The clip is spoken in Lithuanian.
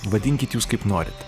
vadinkit jūs kaip norit